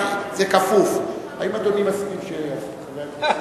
רק זה כפוף: האם אדוני מסכים שחבר הכנסת זאב ידבר?